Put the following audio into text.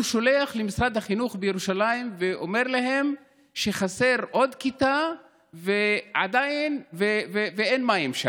שהוא שלח למשרד החינוך בירושלים ואמר להם שחסרה שם עוד כיתה ושאין מים.